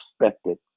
expected